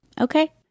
Okay